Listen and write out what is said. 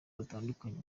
batandukanye